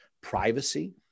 privacy